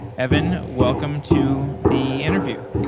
evan, welcome to the interview.